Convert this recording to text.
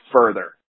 further